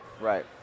right